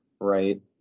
right